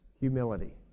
humility